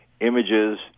images